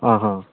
आं हां